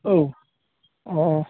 औ अ